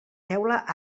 teula